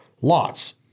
lots